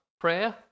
prayer